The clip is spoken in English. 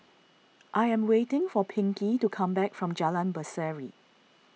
I am waiting for Pinkey to come back from Jalan Berseri